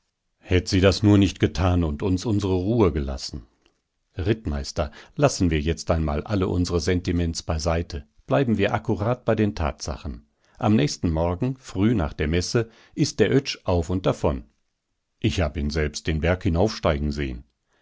hätt sie das nur nicht getan und uns unsere ruh gelassen rittmeister lassen wir jetzt einmal alle unsere sentiments beiseite bleiben wir akkurat bei den tatsachen am nächsten morgen früh nach der messe ist der oetsch auf und davon ich hab ihn selbst den berg hinaufsteigen sehen